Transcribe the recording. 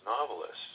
novelists